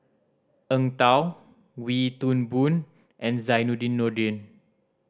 Eng Tow Wee Toon Boon and Zainudin Nordin